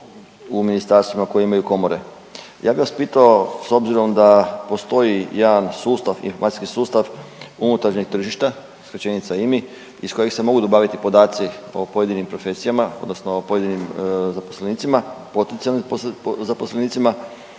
u ministarstvima koja imaju komore. Ja bih vas pitao, s obzirom da postoji jedan sustav, informacijski sustav unutarnjeg tržišta, skraćenica IMI iz kojeg se mogu dobaviti podaci o pojedinim profesijama, odnosno o pojedinim zaposlenicima, potencijalnim zaposlenicima,